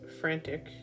frantic